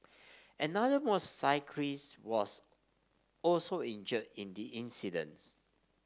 another was also injured in the incidence